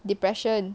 depression